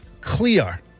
clear